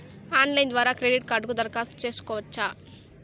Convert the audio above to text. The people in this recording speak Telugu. ఆన్లైన్ ద్వారా క్రెడిట్ కార్డుకు దరఖాస్తు సేసుకోవచ్చా?